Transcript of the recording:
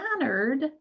honored